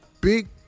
big